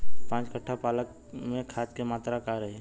पाँच कट्ठा पालक में खाद के मात्रा का रही?